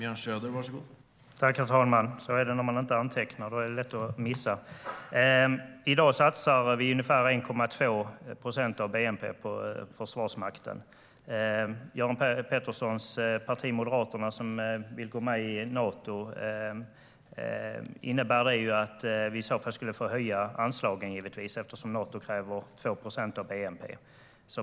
Herr talman! Så är det när man inte antecknar. Då är det lätt att missa något. I dag satsar vi ungefär 1,2 procent av bnp på Försvarsmakten. För Göran Petterssons parti Moderaterna som vill gå med i Nato innebär det givetvis att vi i så fall skulle få höja anslagen, eftersom Nato kräver 2 procent av bnp.